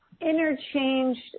interchanged